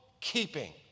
keeping